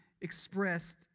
expressed